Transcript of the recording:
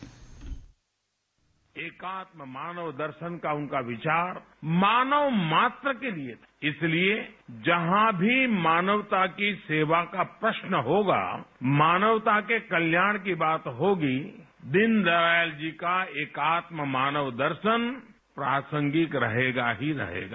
bite एकात्म मानव दर्शन का उनका विचार मानव मात्र के लिए इसलिए जहां भी मानवता की सेवा का प्रश्न होगा मानवता के कल्याण की बात होगी दीनदयाल जी का एकात्म मानव दर्शन प्रासंगिक रहेगा ही रहेगा